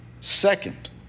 Second